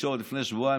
במה היא הורשעה,